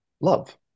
love